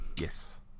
Yes